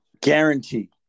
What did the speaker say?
guaranteed